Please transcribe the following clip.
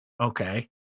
okay